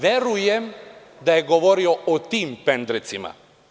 Verujem da je govorio o tim pendrecima.